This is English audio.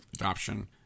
adoption